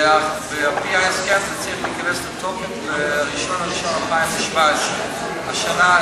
ועל-פי ההסכם זה צריך להיכנס לתוקף ב-1 בינואר 2017. השנה,